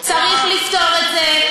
צריך לפתור את זה,